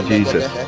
Jesus